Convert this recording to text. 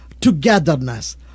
togetherness